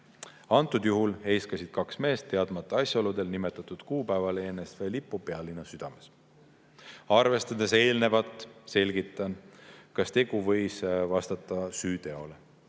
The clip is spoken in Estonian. Antud juhul heiskasid kaks meest teadmata asjaoludel nimetatud kuupäeval ENSV lipu pealinna südames. Arvestades eelnevat, selgitan, kas tegu võis vastata süüteole.